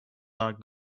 not